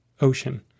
ocean